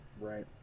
Right